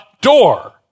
door